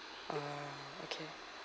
ah okay